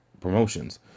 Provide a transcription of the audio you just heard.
promotions